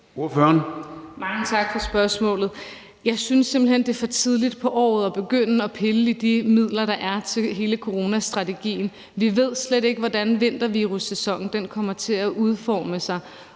Mange tak for spørgsmålet. Jeg synes simpelt hen, det er for tidligt på året at begynde at pille ved de midler, der er til hele coronastrategien. Vi ved slet ikke, hvordan vintervirussæsonen kommer til at udforme sig,